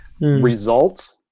results